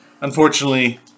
unfortunately